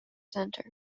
center